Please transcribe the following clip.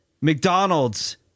McDonald's